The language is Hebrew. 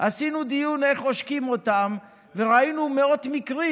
עשינו דיון איך עושקים אותם וראינו מאות מקרים